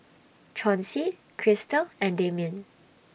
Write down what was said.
Chauncey Krystal and Damian